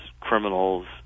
criminals